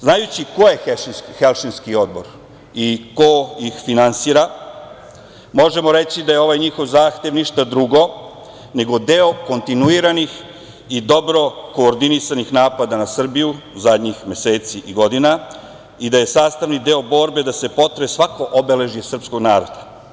Znajući ko je Helsinški odbor i ko ih finansira, možemo reći da je ovaj njihov zahtev ništa drugo nego deo kontinuiranih i dobro koordinisanih napada na Srbiju zadnjih meseci i godina i da je sastavni deo borbe da se potre svako obeležje srpskog naroda.